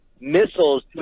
missiles